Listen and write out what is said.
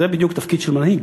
זה בדיוק תפקיד של מנהיג,